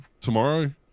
tomorrow